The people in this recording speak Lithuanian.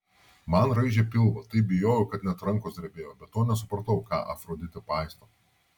man raižė pilvą taip bijojau kad net rankos drebėjo be to nesupratau ką afroditė paisto